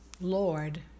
Lord